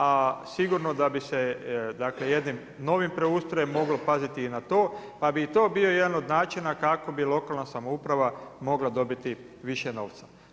A sigurno da bi se jednim novim preustrojem moglo paziti i na to, pa bi i to bio jedan od načina kako bi lokalna samouprava mogla dobiti više novca.